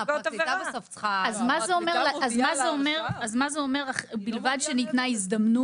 אז מה זה אומר "ובלבד שניתנה הזדמנות"?